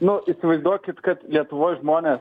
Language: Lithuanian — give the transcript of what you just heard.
nu įsivaizduokit kad lietuvos žmonės